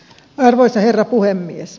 arvoisa herra puhemies